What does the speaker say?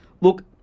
Look